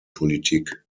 politik